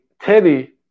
Teddy